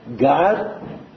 God